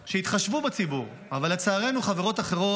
שהתחשבו בציבור, אבל לצערנו חברות אחרות